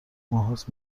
ماههاست